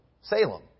Salem